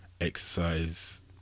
exercise